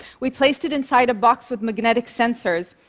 we placed it inside a box with magnetic sensors,